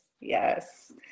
Yes